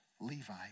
Levi